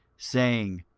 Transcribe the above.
saying,